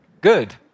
good